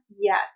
yes